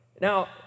Now